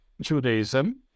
Judaism